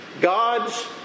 God's